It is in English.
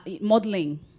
modeling